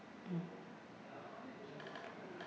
mm